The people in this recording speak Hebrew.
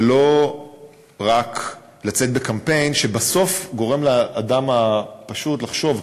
ולא רק לצאת בקמפיין שבסוף גורם לאדם הפשוט לחשוב,